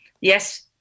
YES